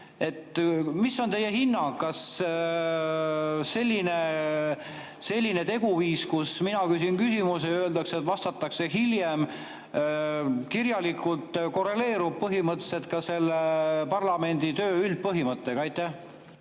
Mis on teie hinnang: kas selline teguviis, kus mina küsin küsimuse ja öeldakse, et vastatakse hiljem kirjalikult, korreleerub põhimõtteliselt parlamenditöö üldpõhimõttega? Aitäh,